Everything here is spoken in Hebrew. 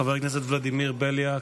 חבר הכנס ולדימיר בליאק,